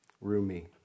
Rumi